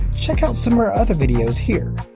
check out some of our other videos here.